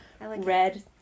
red